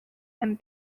and